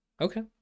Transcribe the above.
okay